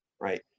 right